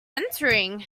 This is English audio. entering